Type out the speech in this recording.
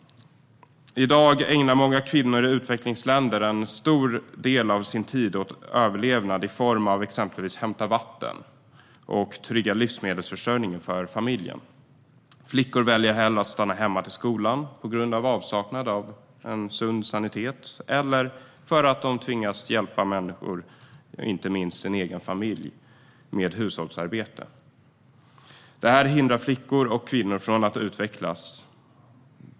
I dag ägnar många kvinnor i utvecklingsländer en stor del av sin tid åt överlevnad i form av att exempelvis hämta vatten och trygga livsmedelsförsörjningen för familjen. Flickor väljer hellre att stanna hemma från skolan på grund av avsaknad av sunda sanitära förhållanden eller för att de tvingas hjälpa människor, inte minst sina egna familjer, med hushållsarbete. Detta hindrar flickor och kvinnor från att utvecklas.